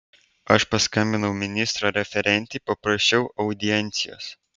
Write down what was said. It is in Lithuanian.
aš paskambinau ministro referentei paprašiau audiencijos